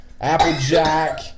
Applejack